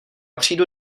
přijdu